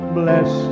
bless